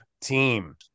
team